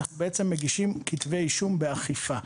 אנחנו מגישים כתבי אישום באכיפה.